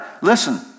listen